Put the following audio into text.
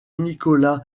nicolás